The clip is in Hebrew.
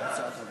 קבוצת סיעת מרצ,